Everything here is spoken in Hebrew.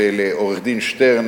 ולעורך-הדין שטרן,